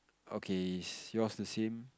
okay is yours the same